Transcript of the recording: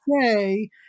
say